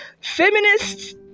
Feminists